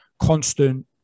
Constant